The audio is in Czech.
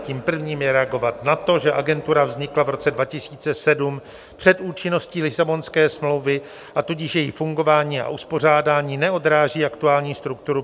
Tím prvním je reagovat na to, že agentura vznikla v roce 2007 před účinnosti Lisabonské smlouvy, a tudíž její fungování a uspořádání neodráží aktuální strukturu práva EU.